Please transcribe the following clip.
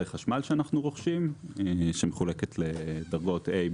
חשמל שאנחנו רוכשים שמחולקת לדרגות A,